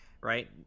right